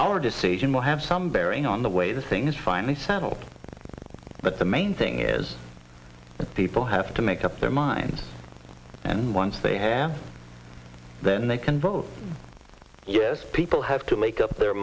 our decision will have some bearing on the way the thing is finally settled but the main thing is people have to make up their mind and once they have then they can vote yes people have to make up their